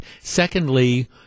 Secondly